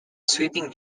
sweeping